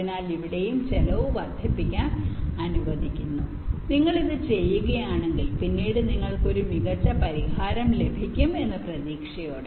അതിനാൽ ഇവിടെയും ചിലവ് വർദ്ധിപ്പിക്കാൻ അനുവദിക്കുന്നു നിങ്ങൾ ഇത് ചെയ്യുകയാണെങ്കിൽ പിന്നീട് നിങ്ങൾക്ക് ഒരു മികച്ച പരിഹാരം ലഭിക്കും എന്ന പ്രതീക്ഷയോടെ